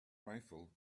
rifle